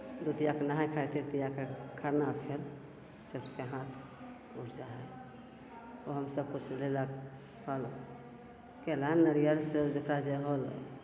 दुतियाके नहाइ खाइ तृतीयाके खरना फेर चौठके हाथ उठि जा हइ ओहोमे सबकिछु लेलक फल केला नरियर सेब जकरा जे होल